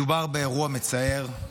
מדובר באירוע מצער,